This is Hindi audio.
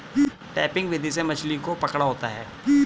ट्रैपिंग विधि से मछली को पकड़ा होता है